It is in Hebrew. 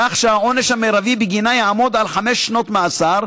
כך שהעונש המרבי בגינה יעמוד על חמש שנות מאסר,